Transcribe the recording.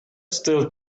still